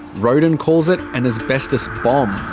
roden calls it an asbestos bomb.